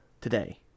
today